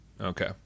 Okay